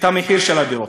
את המחיר של הדירות.